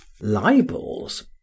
libels